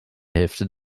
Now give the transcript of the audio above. hälfte